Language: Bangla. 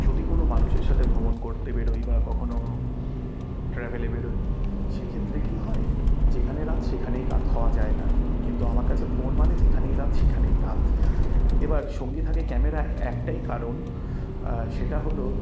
যদি কোনো মানুষের সাথে ভ্রমণ করতে বেরোই বা কখনও ট্র্যাভেলে বেরোই সেইক্ষেত্রে কী হয় যেখানে রাত সেখানেই কাত হওয়া যায় না কিন্তু আমার কাছে ভ্রমণ মানে যেখানেই রাত সেখানেই কাত এবার সঙ্গী থাকে ক্যামেরা একটাই কারণ সেটা হল